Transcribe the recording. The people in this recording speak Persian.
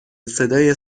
صدای